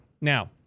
Now